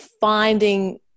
finding